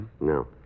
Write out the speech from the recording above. No